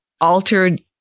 altered